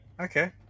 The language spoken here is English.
okay